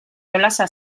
jolasa